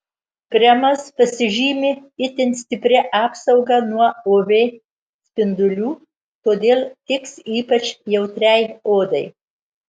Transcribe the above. kremas pasižymi itin stipria apsauga nuo uv spindulių todėl tiks ypač jautriai odai